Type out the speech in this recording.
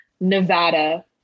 Nevada